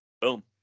Boom